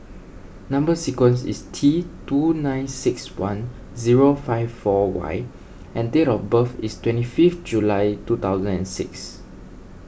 Number Sequence is T two nine six one zero five four Y and date of birth is twenty fifth July two thousand and six